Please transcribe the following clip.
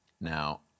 Now